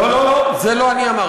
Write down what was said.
אמרת, לא, לא, לא, את זה לא אני אמרתי.